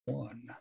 One